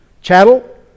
Chattel